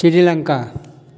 Sri Lanka